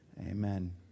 Amen